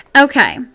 okay